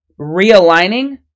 realigning